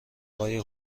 اقای